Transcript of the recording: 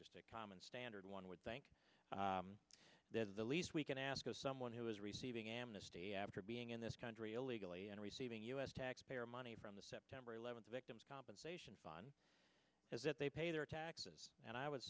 just a common standard one would think that is the least we can ask of someone who is receiving amnesty after being in this country illegally and receiving u s taxpayer money from the september eleventh victims compensation fund as if they pay their taxes and i w